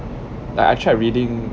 like I tried reading